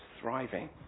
thriving